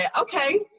okay